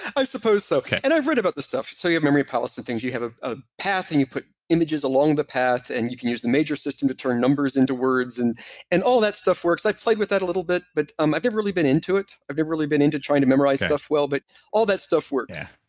i suppose so. and i've read about this stuff. so you have memory palace and things. you have a path and you put images along the path, and you can use the major system to turn numbers into words, and and all that stuff works. i've played with that a little bit, but um i've never really been into it. i've never really been into trying to memorize stuff well but all that stuff works yeah,